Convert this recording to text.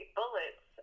bullets